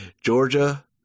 Georgia